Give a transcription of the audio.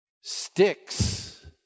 sticks